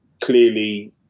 clearly